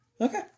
Okay